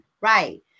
right